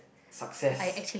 success